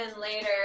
later